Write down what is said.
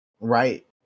right